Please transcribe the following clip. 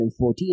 2014